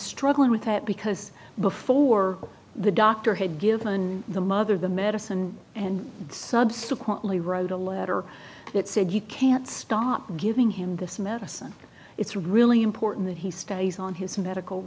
struggling with that because before the doctor had given the mother the medicine and subsequently wrote a letter that said you can't stop giving him this medicine it's really important that he stays on his medical